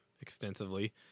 extensively